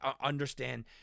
understand